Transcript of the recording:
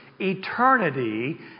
eternity